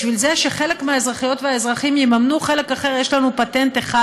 בשביל זה שחלק מהאזרחיות והאזרחים יממנו חלק אחר יש לנו פטנט אחד,